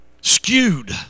skewed